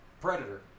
Predator